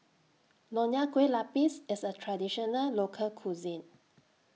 Nonya Kueh Lapis IS A Traditional Local Cuisine